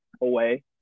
away